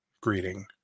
greeting